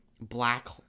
black